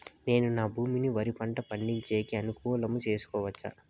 నేను నా భూమిని వరి పంట పండించేకి అనుకూలమా చేసుకోవచ్చా?